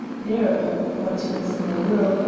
thereupon, quite against my will,